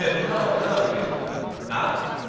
and no, no. you knock,